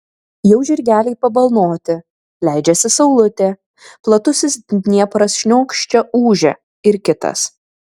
jau žirgeliai pabalnoti leidžiasi saulutė platusis dniepras šniokščia ūžia ir kitas